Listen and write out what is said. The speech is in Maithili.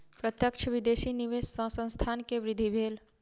प्रत्यक्ष विदेशी निवेश सॅ संस्थान के वृद्धि भेल